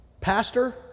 pastor